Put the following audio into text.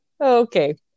Okay